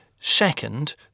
Second